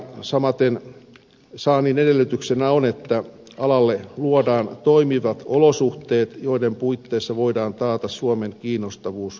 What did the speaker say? samaten saannin edellytyksenä on että alalle luodaan toimivat olosuhteet joiden puitteissa voidaan taata suomen kiinnostavuus kaivostoimintamaana